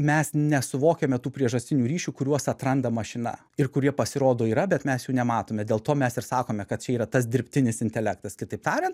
mes nesuvokiame tų priežastinių ryšių kuriuos atranda mašina ir kurie pasirodo yra bet mes jų nematome dėl to mes ir sakome kad čia yra tas dirbtinis intelektas kitaip tariant